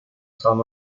son